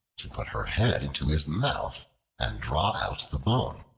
to put her head into his mouth and draw out the bone.